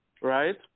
Right